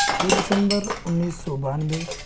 چھ دسمبر انیس سو بانوے